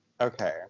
okay